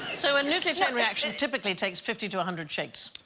so a nuclear chain reaction typically takes fifty to a hundred shakes.